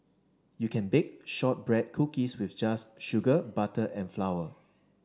you can bake shortbread cookies with just sugar butter and flour